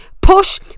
push